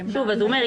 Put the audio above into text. הוא אומר,